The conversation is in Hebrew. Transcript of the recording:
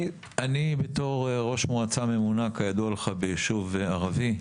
בתור ראש מועצה ממונה בישוב ערבי,